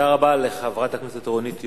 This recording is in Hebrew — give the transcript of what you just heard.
תודה רבה לחברת הכנסת רונית תירוש.